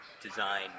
design